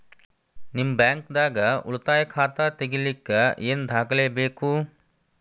ನಿಮ್ಮ ಬ್ಯಾಂಕ್ ದಾಗ್ ಉಳಿತಾಯ ಖಾತಾ ತೆಗಿಲಿಕ್ಕೆ ಏನ್ ದಾಖಲೆ ಬೇಕು?